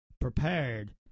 prepared